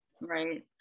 Right